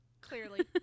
Clearly